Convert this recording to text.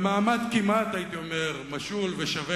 במעמד כמעט משול ושווה,